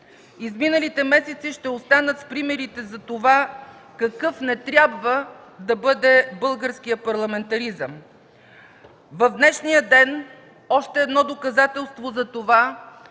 Изминалите месеци ще останат примери за това какъв не трябва да бъде българският парламентаризъм. В днешния ден още едно доказателство за това